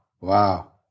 Wow